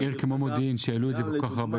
עיר כמו מודיעין שהעלו את זה כל כך הרבה